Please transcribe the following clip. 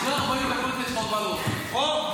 אחרי 40 דקות יש לך עוד מה להוסיף, נכון?